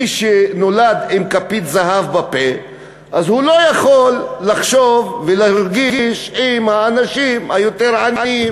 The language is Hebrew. מי שנולד עם כפית זהב בפה לא יכול לחשוב ולהרגיש עם האנשים היותר-עניים.